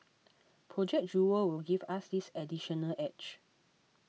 Project Jewel will give us this additional edge